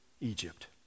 Egypt